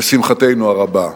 לשמחתנו הרבה.